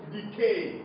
Decay